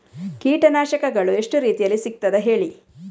ಕೀಟನಾಶಕಗಳು ಎಷ್ಟು ರೀತಿಯಲ್ಲಿ ಸಿಗ್ತದ ಹೇಳಿ